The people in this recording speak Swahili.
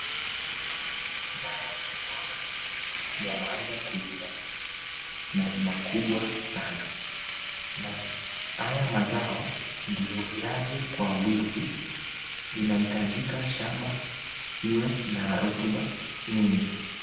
Ni mazao na tunaona yameanza kuiva na ni makubwa sana. Na haya mazao ndo yaje kwa wingi inahitajika shamba iwe na rotuba mingi.